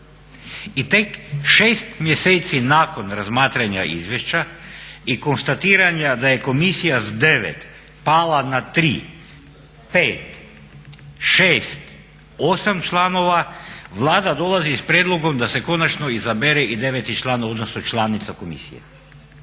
I tek 6 mjeseci nakon razmatranja izvješća i konstatiranja da je komisija s 9 pala na 3, 5, 6, 8 članova, Vlada dolazi s prijedlogom da se konačno izabere i 9. član odnosno članica komisije.